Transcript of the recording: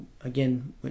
again